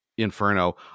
inferno